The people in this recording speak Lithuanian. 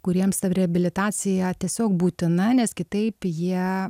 kuriems ta reabilitacija tiesiog būtina nes kitaip jie